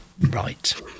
Right